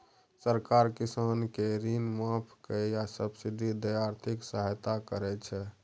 सरकार किसान केँ ऋण माफ कए या सब्सिडी दए आर्थिक सहायता करै छै